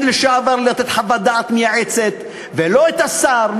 לשעבר לתת חוות דעת מייעצת ולא את השר.